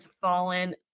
fallen